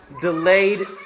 delayed